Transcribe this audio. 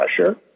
pressure